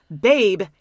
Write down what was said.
babe